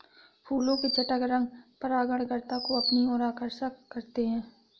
फूलों के चटक रंग परागणकर्ता को अपनी ओर आकर्षक करते हैं